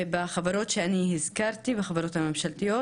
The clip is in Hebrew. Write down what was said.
ובחברות שהזכרתי, החברות הממשלתיות,